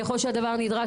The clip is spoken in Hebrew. ככול שהדבר נדרש,